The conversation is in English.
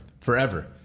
Forever